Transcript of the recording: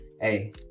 Hey